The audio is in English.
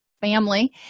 family